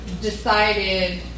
decided